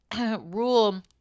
rule